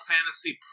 Fantasy